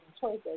choices